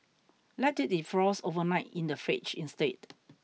let it defrost overnight in the fridge instead